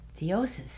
Theosis